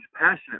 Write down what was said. passionate